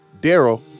Daryl